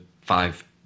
five